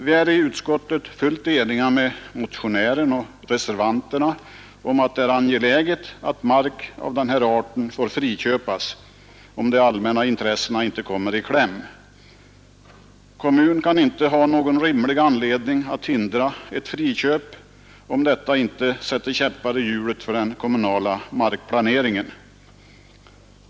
Vi är i utskottet fullt eniga med motionären och reservanterna om att det är angeläget att mark av den här arten får friköpas, om de allmänna intressena inte kommer i kläm. Kommun kan inte ha någon rimlig anledning att hindra ett friköp, om detta inte sätter käppar i hjulet för den kommunala markplaneringen.